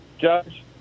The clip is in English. Judge